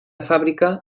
fàbrica